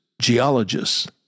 geologists